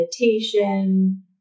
meditation